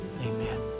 Amen